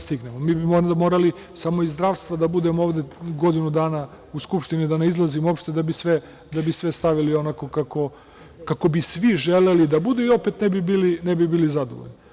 Samo iz zdravstva bi morali da budemo ovde godinu dana u Skupštini, da ne izlazimo uopšte, da bi sve stavili onako kako bi svi želeli da bude i opet ne bi bili zadovoljni.